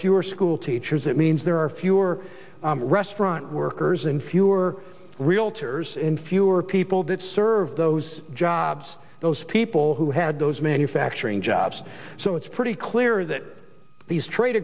fewer school teachers that means there are fewer restaurant workers and fewer realtors in fewer people that serve those jobs those people who had those manufacturing jobs so it's pretty clear that these trade